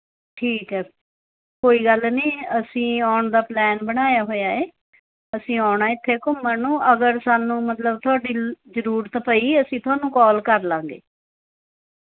ਠੀਕ ਹੈ ਕੋਈ ਗੱਲ ਨਹੀਂ ਅਸੀਂ ਆਉਣ ਦਾ ਪਲੈਨ ਬਣਾਇਆ ਹੋਇਆ ਹੈ ਅਸੀਂ ਆਉਣਾ ਇੱਥੇ ਘੁੰਮਣ ਨੂੰ ਅਗਰ ਸਾਨੂੰ ਮਤਲਬ ਥੋਡੀ ਜ਼ਰੂਰਤ ਪਈ ਅਸੀਂ ਥੋਹਾਨੂੰ ਕੋਲ ਕਰਲਵਾਂਗੇ